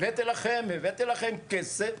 הבאתי לכם והבאתי לכם כסף,